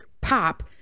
pop